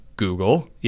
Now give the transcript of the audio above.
Google